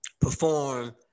perform